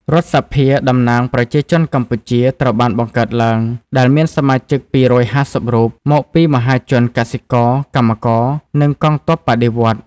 រដ្ឋសភាតំណាងប្រជាជនកម្ពុជាត្រូវបានបង្កើតឡើង ដែលមានសមាជិក ២៥០ រូប មកពីមហាជនកសិករ កម្មករ និងកងទ័ពបដិវត្តន៍។